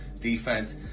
defense